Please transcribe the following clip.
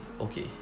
okay